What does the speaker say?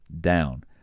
Down